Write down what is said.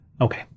Okay